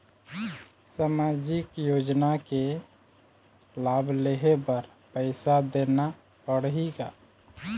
सामाजिक योजना के लाभ लेहे बर पैसा देना पड़ही की?